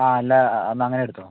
ആ എന്നാല് എന്നാല് അങ്ങനെ എടുത്തുകൊള്ളൂ